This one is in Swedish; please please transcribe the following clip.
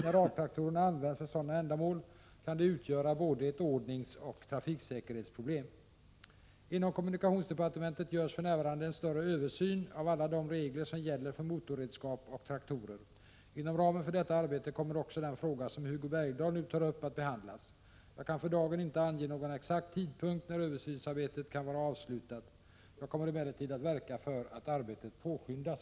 När A traktorerna används för sådana ändamål kan de utgöra både ett ordningsoch ett trafiksäkerhetsproblem. Inom kommunikationsdepartementet görs för närvarande en större översyn av alla de regler som gäller för motorredskap och traktorer. Inom ramen för detta arbete kommer också den fråga som Hugo Bergdahl nu tar upp att behandlas. Jag kan för dagen inte ange någon exakt tidpunkt när översynsarbetet kan vara avslutat. Jag kommer emellertid att verka för att arbetet påskyndas.